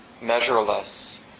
measureless